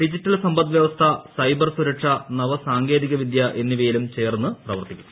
digital സമ്പദ് വ്യവസ്ഥ cyber സുരക്ഷ നവ സാങ്കേതിക വിദ്യ എന്നിവയിലും ചേർന്ന് പ്രവർത്തിക്കും